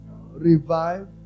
revive